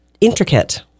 intricate